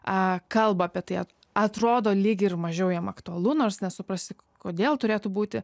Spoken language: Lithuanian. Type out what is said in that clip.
a kalba apie tai atrodo lyg ir mažiau jiem aktualu nors nesuprasi kodėl turėtų būti